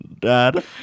Dad